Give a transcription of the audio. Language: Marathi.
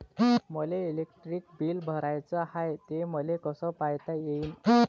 मले इलेक्ट्रिक बिल भराचं हाय, ते मले कस पायता येईन?